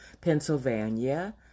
Pennsylvania